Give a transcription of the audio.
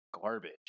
garbage